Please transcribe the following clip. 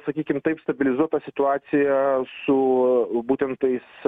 sakykim taip stabilizuot tą situaciją su būtent tais